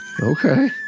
Okay